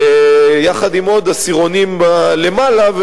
יחד עם עוד עשירונים למעלה,